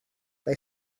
they